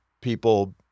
people